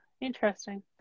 interesting